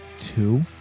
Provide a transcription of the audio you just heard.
two